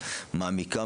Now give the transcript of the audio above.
מעמיקה,